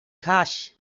cash